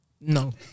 No